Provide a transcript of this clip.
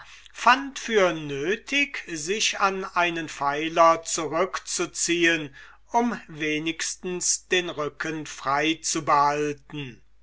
fand für nötig sich an einen pfeiler zurückzuziehen um wenigstens den rücken frei